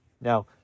Now